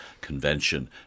Convention